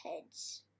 heads